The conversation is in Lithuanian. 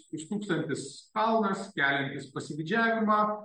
stūksantis kalnas keliantis pasididžiavimą